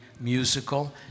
musical